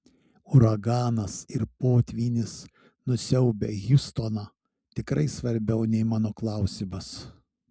uraganas ir potvynis nusiaubę hjustoną tikrai svarbiau nei mano klausimas